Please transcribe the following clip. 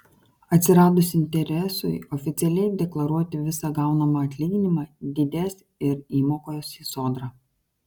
atsiradus interesui oficialiai deklaruoti visą gaunamą atlyginimą didės ir įmokos į sodrą